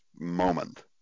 moment